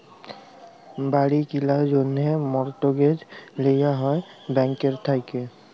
বাড়ি কিলার জ্যনহে মর্টগেজ লিয়া হ্যয় ব্যাংকের থ্যাইকে